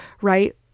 right